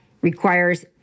requires